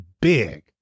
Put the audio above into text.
big